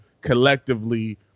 collectively